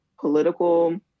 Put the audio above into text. political